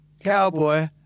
Cowboy